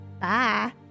Bye